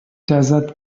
desert